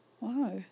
Wow